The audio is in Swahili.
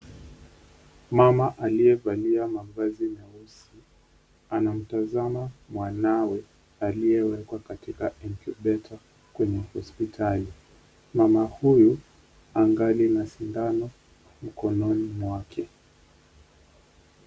Mama aliyevalia mavazi meusi anamtazama mwanawe aliyewekwa katika incubator kwenye hospitali. Mama huyu angali na sindano mkononi mwake.